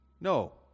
No